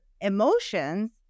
emotions